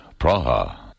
Praha